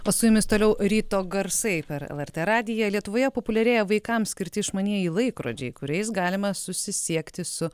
o su jumis toliau ryto garsai per lrt radiją lietuvoje populiarėja vaikams skirti išmanieji laikrodžiai kuriais galima susisiekti su